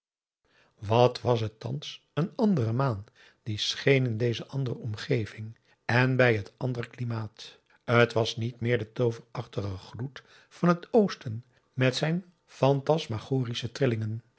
wat was het thans een andere maan die scheen in deze andere omgeving en bij het ander klimaat t was niet meer de tooverachtige gloed van het oosten met zijn fantasmagorische trillingen